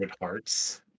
hearts